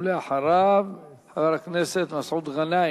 ואחריו, חבר הכנסת מסעוד גנאים.